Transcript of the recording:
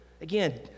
Again